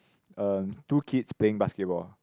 um two kids playing basketball